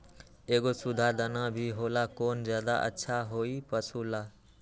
एगो सुधा दाना भी होला कौन ज्यादा अच्छा होई पशु ला?